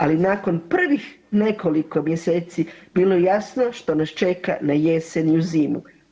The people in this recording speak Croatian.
Ali nakon prvih nekoliko mjeseci bilo je jasno što nas čeka na jesen i u zimu.